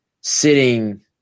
sitting